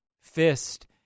fist